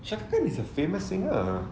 shankar khan is a famous singer